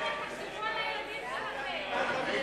תחשבו על הילדים שלכם.